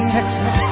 Texas